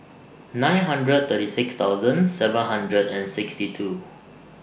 nine hundred thirty six thousand seven hundred and sixty two